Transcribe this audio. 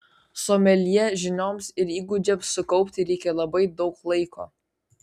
someljė žinioms ir įgūdžiams sukaupti reikia labai daug laiko